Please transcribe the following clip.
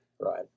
Right